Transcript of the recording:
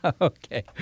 Okay